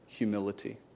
humility